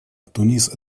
тунис